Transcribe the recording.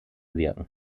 wirken